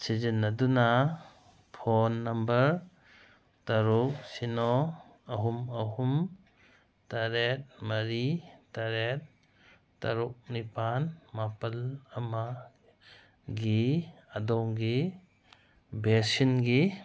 ꯁꯤꯖꯤꯟꯅꯗꯨꯅ phone number ꯇꯔꯨꯛ ꯁꯤꯅꯣ ꯑꯍꯨꯝ ꯑꯍꯨꯝ ꯇꯔꯦꯠ ꯃꯔꯤ ꯇꯔꯦꯠ ꯇꯔꯨꯛ ꯅꯤꯄꯥꯜ ꯃꯥꯄꯜ ꯑꯃꯒꯤ ꯑꯗꯣꯝꯒꯤ ꯕꯦꯁꯤꯟꯒꯤ